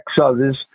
others